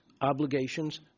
obligations